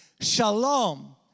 shalom